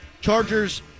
Chargers